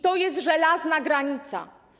To jest żelazna granica.